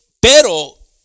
Pero